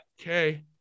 Okay